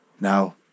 Now